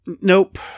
Nope